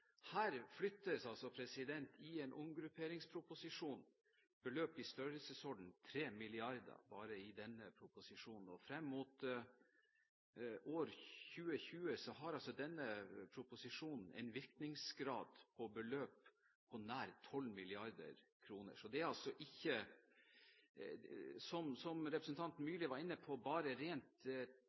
flyttes altså på beløp i størrelsesorden 3 mrd. kr bare i denne omgrupperingsproposisjonen. Frem mot år 2020 har denne proposisjonen en virkningsgrad på beløp på nær 12 mrd. kr. Det er altså ikke – som representanten Myrli var inne på – bare rent